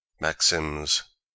Maxims